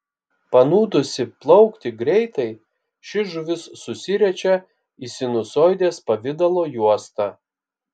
panūdusi plaukti greitai ši žuvis susiriečia į sinusoidės pavidalo juostą